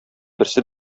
берсе